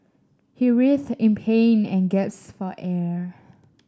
he writhed in pain and gasped for air